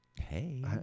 Hey